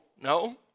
no